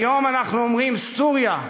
היום אנחנו אומרים: סוריה.